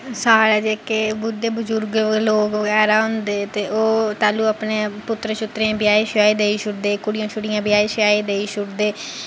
साढ़े जेह्के बुड्डे बुजुर्गे लोक बगैरा हुंदे ते ओह् तैहलूं अपने पुत्तरें शुत्तरें गी ब्याही श्याही देई छुड़दे कुड़ियां छुड़ियां ब्याही श्याई देई छुड़दे ते